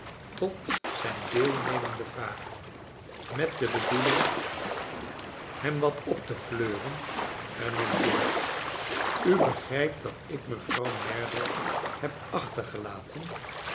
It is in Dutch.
tot zijn deelnemende vragen met de bedoeling hem wat op te charles dickens fleuren hernam dorrit u begrijpt dat ik mevrouw merdle heb achtergelaten